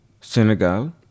Senegal